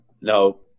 no